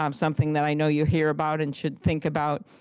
um something that i know you'll hear about and should think about.